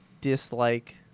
dislike